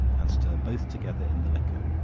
and stir both together in the liquor,